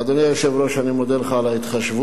אדוני היושב-ראש, אני מודה לך על ההתחשבות.